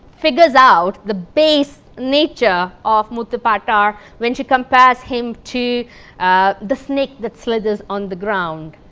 figures out the base nature of muthu pattar when she compares him to the snake that slithers on the ground.